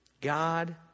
God